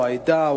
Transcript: או העדה,